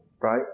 right